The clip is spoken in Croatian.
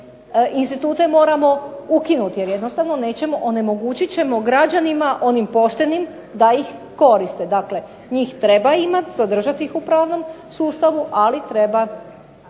institute moramo ukinuti. Jer jednostavno onemogućit ćemo građanima onim poštenim da ih koriste. Dakle, njih treba imati, zadržati ih u pravnom sustavu ali treba